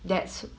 that's